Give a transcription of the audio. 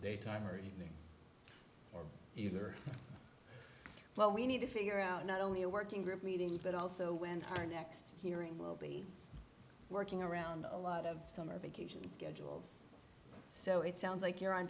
daytime or evening you're well we need to figure out not only a working group meeting but also when our next hearing will be working around a lot of summer vacations go jules so it sounds like you're on